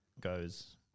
goes –